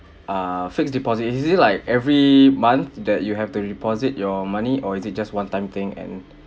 err fixed deposit is it like every month that you have to deposit your money or is it just one time thing and